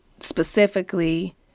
specifically